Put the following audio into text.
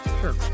Sure